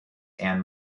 and